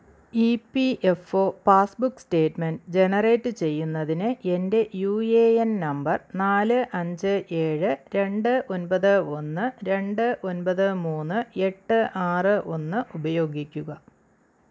E P F O passbook statement generate ചെയ്യുന്നതിന് എന്റെ U A N number നാല് അഞ്ച് ഏഴ് രണ്ട് ഒന്പത് ഒന്ന് രണ്ട് ഒന്പത് മൂന്ന് എട്ട് ആറ് ഒന്ന് ഉപയോഗിക്കുക